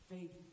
Faith